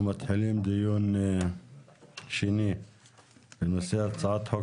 אנחנו מתחילים דיון שני בנושא הצעת חוק